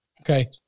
okay